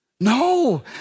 No